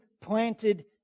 planted